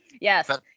Yes